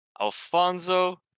Alfonso